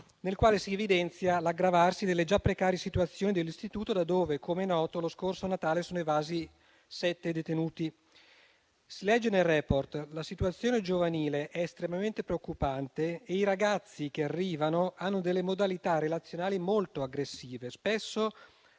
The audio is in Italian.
nel quale si evidenzia l'aggravarsi delle già precari condizioni dell'istituto da dove, com'è noto, lo scorso Natale sono evasi sette detenuti. Si legge nel *report* che la situazione giovanile è estremamente preoccupante e i ragazzi che arrivano hanno delle modalità relazionali molto aggressive, spesso